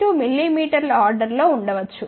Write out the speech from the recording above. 2 మిల్లీమీటర్ల ఆర్డర్ లో ఉండవచ్చు